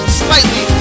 slightly